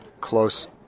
close